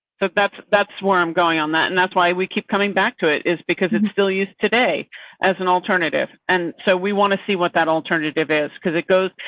that's that's where i'm going on that. and that's why we keep coming back to it is because it's still used today as an alternative. and so we want to see what that alternative is because it goes,